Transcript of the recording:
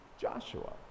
Joshua